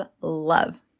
love